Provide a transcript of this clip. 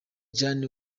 jenner